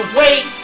wait